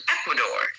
Ecuador